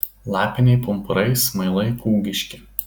lapiniai pumpurai smailai kūgiški